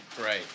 right